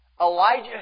Elijah